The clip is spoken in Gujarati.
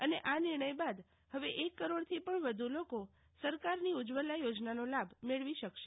અને આ નિર્ણય બાદ હવે એક કરોડથી પણ વધુ લોકો સરકારની ઉજ્જવલા યોજનાનો લાભ મેળવી શકશે